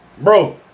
bro